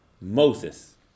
Moses